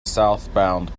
southbound